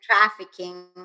trafficking